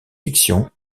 fiction